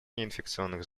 неинфекционных